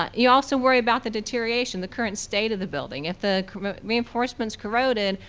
ah you also worry about the deterioration, the current state of the building. if the reinforcement is corroded,